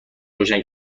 روشن